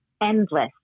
endless